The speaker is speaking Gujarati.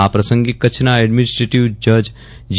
આ પ્રસંગે કચ્છના એડમીનીસ્ટ્રેટીવ જજ જી